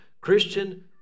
Christian